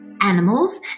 animals